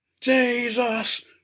Jesus